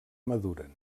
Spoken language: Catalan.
maduren